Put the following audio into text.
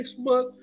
Facebook